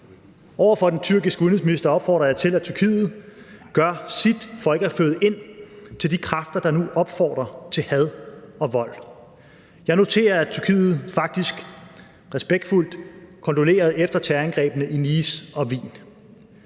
Over for den tyrkiske udenrigsminister opfordrede jeg til, at Tyrkiet gør sit for ikke at nære de kræfter, der nu opfordrer til had og vold. Jeg noterer, at Tyrkiet faktisk respektfuldt kondolerede efter terrorangrebene i Nice og Wien.